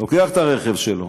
לוקח את הרכב שלו,